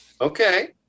Okay